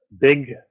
Big